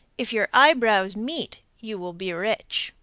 if your eyebrows meet, you will be rich.